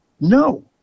No